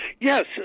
Yes